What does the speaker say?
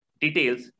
details